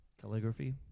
Calligraphy